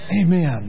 Amen